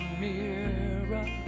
mirror